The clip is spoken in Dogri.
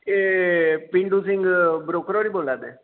एह् भिंडू सिंह ब्रोकर होर बोला दे